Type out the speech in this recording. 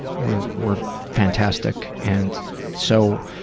were were fantastic and so